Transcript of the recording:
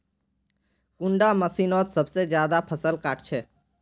कुंडा मशीनोत सबसे ज्यादा फसल काट छै?